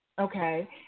okay